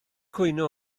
cwyno